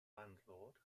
landlord